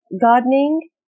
Gardening